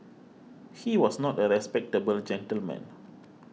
he was not a respectable gentleman